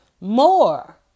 more